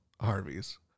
Harvey's